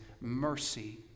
mercy